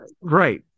right